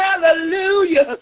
hallelujah